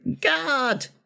God